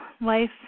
life